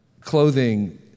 clothing